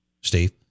Steve